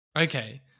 Okay